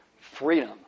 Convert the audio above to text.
Freedom